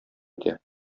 итә